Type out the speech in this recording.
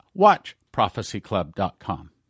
WatchProphecyClub.com